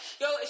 yo